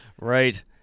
Right